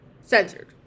censored